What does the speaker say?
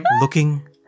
looking